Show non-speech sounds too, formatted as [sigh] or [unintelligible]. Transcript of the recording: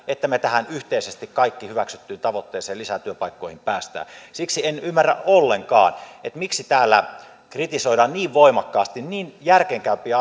että me tähän yhteisesti hyväksyttyyn tavoitteeseen lisätyöpaikkoihin pääsemme siksi en ymmärrä ollenkaan miksi täällä kritisoidaan niin voimakkaasti niin järkeenkäypiä [unintelligible]